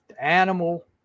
Animal